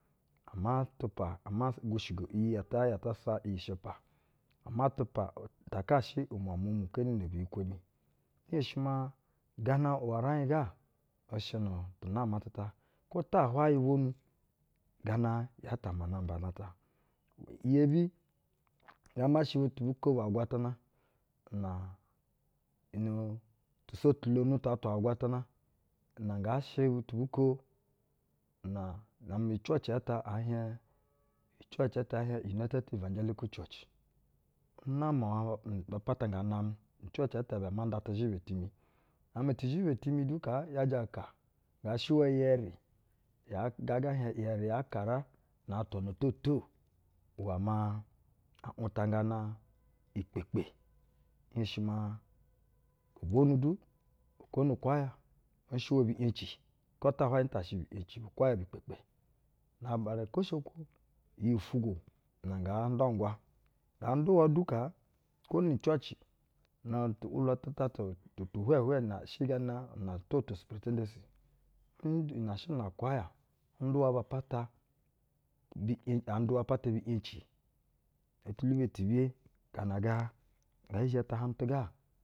Ama tupa, omu gwushigo iyi ata ya ata sa iyi shɛpa. ama tupa utakashɛ umwa-umwa mu keeni una biyikwo mi. Nhenshi maa, gana iwɛ uraiɧ ga i shɛ nu tuna ma tu ta. Kwo ta hwajɛ bwonu, gana yaa ta ma namana ta. Uu, iyebi, maa ma sha butu bu ko ba-agwatana, una, nu tusotulonu ta-a-atwa agwatana una nga shɛ butu by ko, na,-amɛ ucwɛcii ɛtɛ ɛɛ hieɧ, ucwɛci ɛtɛ ɛɛ ɛɛ hieɧ, united evangelical church. Nnamwawa, ba pata ngaa namɛ, nu ucuci ata ibɛ ama nda tɛ zhɛba timi. Na-amɛ tɛzhɛba ti mi du kaa ajɛ aka nga shɛwa iyɛri yaa, gaa ga ɛɛ hieɧ, iyɛri ya-akara na-atwa na too to, iwɛ maa a utangana ikpe-ikpe. Nhesni maa, gobwonu du akwo nu ukwuya nshɛwa bi’yeci, kwo tahwayɛ nta shɛ bi’yeci bu-ukwaya ni ikpekpe. Na aba na kwoshokwo, iyi-ufwugwo nɛ nga ndwugwa. Nga nduwa du kaa, kwo nu ucwɛci, nan a tu ‘ulwa tu ta tu tu hwɛɛhwɛ na shɛ gana una toto suprintendency, ndu na shɛ gana na ukwaya nduwa ba pata bi’ye, aɧ nduwa ba pata bi’yeci. No tulubo ti biye gana ngɛ zhɛ tahaɧnu tuga.